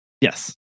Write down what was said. yes